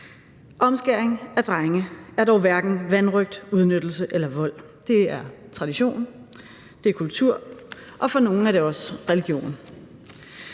Omskæring af drenge er dog hverken vanrøgt, udnyttelse eller vold. Det er tradition, det er kultur,